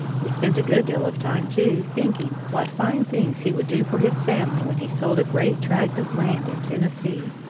he spent a good deal of time, too, thinking what fine things he would do for his family when he sold a great tract of land in tennessee.